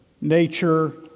nature